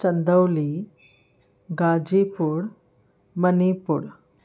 Chandoli Ghazipur Manipur